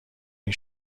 این